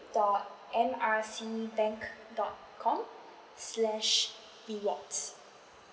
dot M R C bank dot com slash rewards